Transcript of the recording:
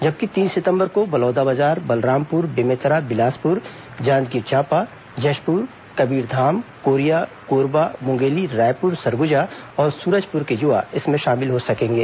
जबकि तीन सितंबर को बलौदाबाजार बलरामपूर बेमेतरा बिलासपूर जांजगीर चांपा जशपूर कबीरधाम कोरिया कोरबा मुंगेली रायपूर सरगुजा और सूरजपुर के युवा इसमें शामिल हो सकेंगे